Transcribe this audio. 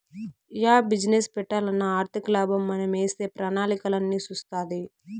yeah business పెట్టాలన్నా ఆర్థికలాభం మనమేసే ప్రణాళికలన్నీ సూస్తాది